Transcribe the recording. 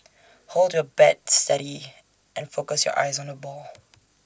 hold your bat steady and focus your eyes on the ball